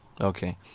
Okay